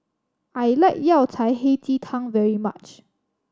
I like Yao Cai Hei Ji Tang very much